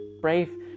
brave